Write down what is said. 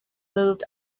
moved